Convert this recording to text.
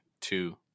two